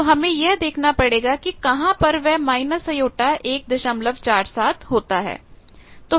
तो हमें यह देखना पड़ेगा कि कहां पर वह j147 होता है